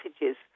messages